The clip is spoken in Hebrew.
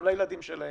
גם לילדים שלהם.